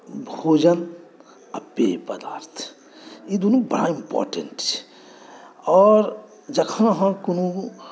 भोजन आ पेय पदार्थ ई दुनू बड़ इम्पोर्टेन्ट छै आओर जखन अहाँ कोनो